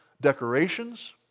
decorations